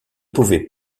pouvaient